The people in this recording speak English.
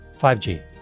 5G